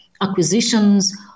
acquisitions